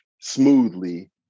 smoothly